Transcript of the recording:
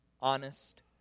honest